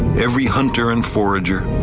every hunter and forager,